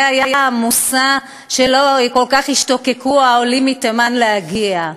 זה היה המושא שאליו כל כך השתוקקו העולים מתימן להגיע,